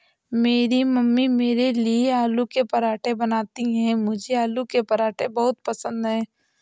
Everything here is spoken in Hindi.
मेरी मम्मी मेरे लिए आलू के पराठे बनाती हैं मुझे आलू के पराठे बहुत पसंद है